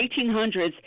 1800s